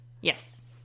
Yes